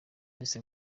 best